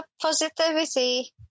positivity